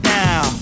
now